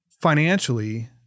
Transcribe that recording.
financially